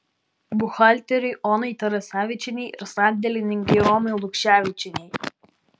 buhalterei onai tarasevičienei ir sandėlininkei romai lukševičienei